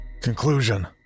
Conclusion